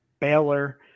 Baylor